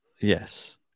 Yes